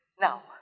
Now